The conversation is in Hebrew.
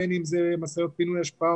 בין אם זה משאיות פינוי אשפה,